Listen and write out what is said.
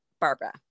Barbara